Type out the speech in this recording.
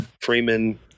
Freeman